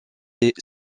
est